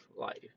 life